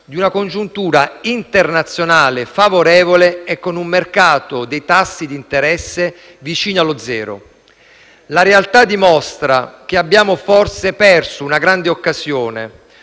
di una congiuntura internazionale favorevole e con un mercato dei tassi di interesse vicino allo zero. La realtà dimostra che abbiamo forse perso una grande occasione,